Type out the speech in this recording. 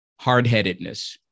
hardheadedness